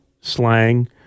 slang